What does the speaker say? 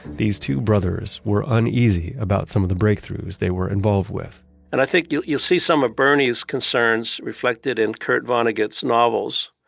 these two brothers, were uneasy about some of the breakthroughs they were involved with and i think you'll you'll see some of ah bernie's concerns reflected in kurt vonnegut's novels,